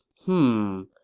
hmm,